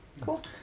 Cool